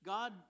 God